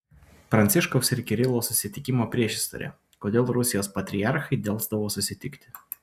pranciškaus ir kirilo susitikimo priešistorė kodėl rusijos patriarchai delsdavo susitikti